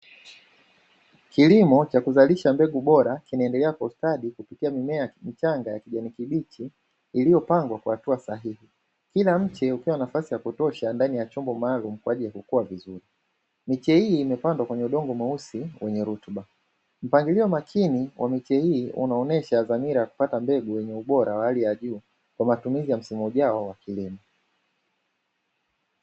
Kilimo cha kuzalisha mbegu bora kinaendelea kustadi kupitia mimea michanga ya kijani kibichi ilyopangwa kwa hatua sahihi, kila mche ukiwa na nafasi ya kutosha ndani ya chombo maalumu kwa ajili ya kukua vizuri, miche hii imepandwa kwenye udongo mweusi wenye rutuba, mpangilio makini wa miche hii unaonyesha dhamira ya kupata mbegu yenye ubora wa hali ya juu kwa matumizi ya msimu ujayo wa kilomo.